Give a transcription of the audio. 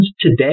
today